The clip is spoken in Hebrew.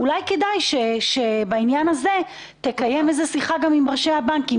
אולי כדאי שבעניין הזה תקיים שיחה גם עם ראשי הבנקים.